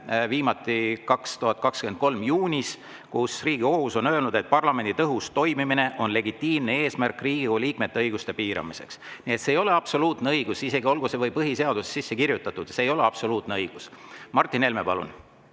aasta juunist, kus Riigikohus ütles, et parlamendi tõhus toimimine on legitiimne eesmärk Riigikogu liikmete õiguste piiramiseks. Nii et see ei ole absoluutne õigus, olgu see või põhiseadusesse sisse kirjutatud. See ei ole absoluutne õigus. Martin Helme, palun!